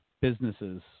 businesses